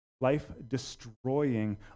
life-destroying